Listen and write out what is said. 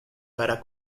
para